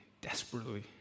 desperately